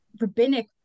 rabbinic